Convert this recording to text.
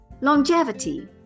Longevity